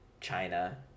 China